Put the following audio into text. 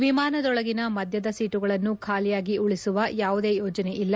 ವಿಮಾನದೊಳಗಿನ ಮಧ್ಯದ ಸೀಟುಗಳನ್ನು ಖಾಲಿಯಾಗಿ ಉಳಿಸುವ ಯಾವುದೇ ಯೋಜನೆಯಿಲ್ಲ